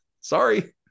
sorry